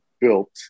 built